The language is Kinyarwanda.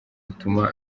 utuma